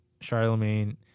Charlemagne